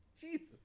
Jesus